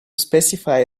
specify